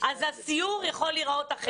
אז הסיור יכול להיראות אחרת.